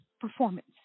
performance